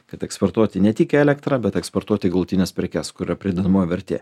kad eksportuoti ne tik elektrą bet eksportuoti galutines prekes kur yra pridedamoji vertė